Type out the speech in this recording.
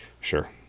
Sure